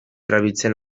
erabiltzen